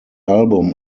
album